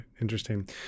interesting